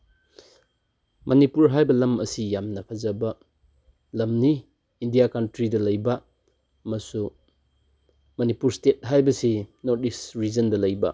ꯃꯅꯤꯄꯨꯔ ꯍꯥꯏꯕ ꯂꯝ ꯑꯁꯤ ꯌꯥꯝꯅ ꯐꯖꯕ ꯂꯝꯅꯤ ꯏꯟꯗꯤꯌꯥ ꯀꯟꯇ꯭ꯔꯤꯗ ꯂꯩꯕ ꯑꯃꯁꯨ ꯃꯅꯤꯄꯨꯔ ꯏꯁꯇꯦꯠ ꯍꯥꯏꯕꯁꯤ ꯅꯣꯔꯠ ꯏꯁ ꯔꯤꯖꯟꯗ ꯂꯩꯕ